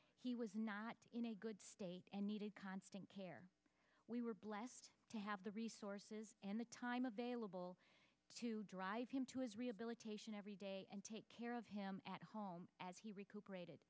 he was not in a good state and needed constant care we were blessed to have the resources and the time available to drive him to his rehabilitation every day and take care of him at home as he recuperated